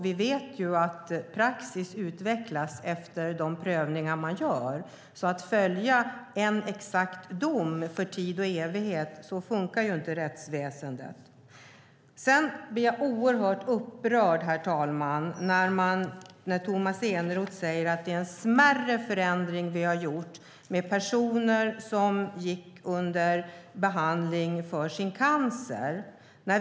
Vi vet ju att praxis utvecklas efter de prövningar man gör. Rättsväsendet fungerar inte så att man följer en exakt dom för tid och evighet. Jag blir oerhört upprörd när Tomas Eneroth säger att det är en smärre förändring vi har gjort när det gäller personer som behandlades för sin cancer.